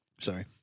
Sorry